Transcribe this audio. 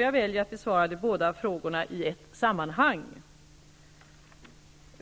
Jag väljer att besvara de båda frågorna i ett sammanhang.